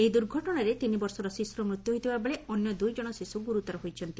ଏହି ଦୂର୍ଘଟଶାରେ ତିନିବର୍ଷର ଶିଶୁର ମୃତ୍ୟୁ ହୋଇଥିବା ବେଳେ ଅନ୍ୟ ଦୁଇଜଣ ଶିଶୁ ଗୁରୁତର ହୋଇପଡ଼ିଛନ୍ତି